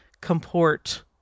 comport